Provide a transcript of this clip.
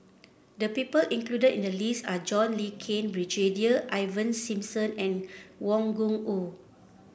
the people included in the list are John Le Cain Brigadier Ivan Simson and Wang Gungwu